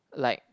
like